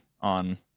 on